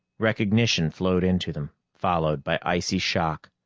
recognition flowed into them, followed by icy shock.